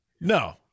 No